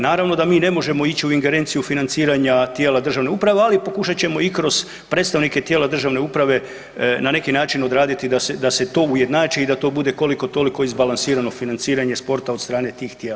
Naravno da mi ne možemo ići u ingerenciju financiranja tijela državne uprave, ali pokušat ćemo i kroz predstavnike tijela državne uprave na neki način odraditi da se to ujednači i da to bude koliko toliko izbalansirano financiranje sporta od strane tih tijela.